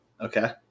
Okay